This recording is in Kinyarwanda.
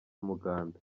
umuganda